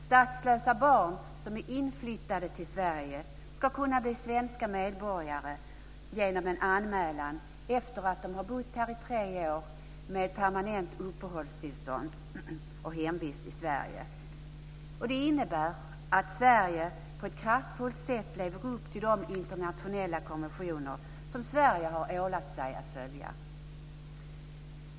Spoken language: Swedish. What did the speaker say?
Statslösa barn som är inflyttade till Sverige ska kunna bli svenska medborgare efter en anmälan om att de har bott här i tre år med permanent uppehållstillstånd och hemvist i Sverige. Det innebär att Sverige på ett kraftfullt sätt lever upp till de internationella konventioner som Sverige har ålagt sig att följa.